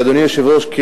ואדוני היושב-ראש,